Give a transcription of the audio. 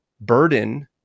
burden